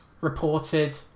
reported